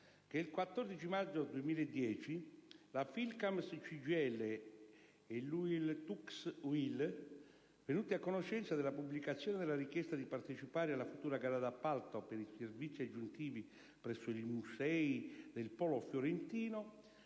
il 14 maggio 2010 la FILCAMS CGIL e la UILTUCS UIL, venute a conoscenza della pubblicazione della richiesta di partecipazione alla futura gara d'appalto per i servizi aggiuntivi presso i musei del polo fiorentino,